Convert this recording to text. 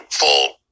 full-